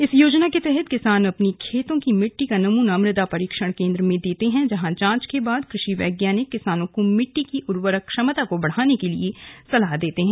इस योजना के तहत किसान अपने खेतों की मिट्टी का नमूना मृदा परीक्षण केंद्र में देते हैं जहां जांच के बाद कृषि वैज्ञानिक किसानों को मिट्टी की उवर्रक क्षमता को बढ़ाने के लिए सलाह देते हैं